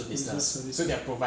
business services